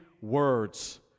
words